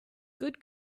good